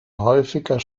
häufiger